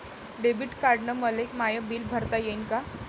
Debit कार्डानं मले माय बिल भरता येईन का?